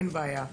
אין בעיה.